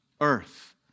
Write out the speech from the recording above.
earth